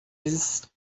eles